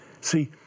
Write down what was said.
See